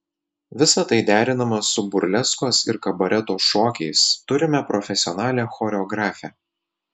visa tai derinama su burleskos ir kabareto šokiais turime profesionalią choreografę